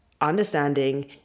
understanding